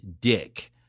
dick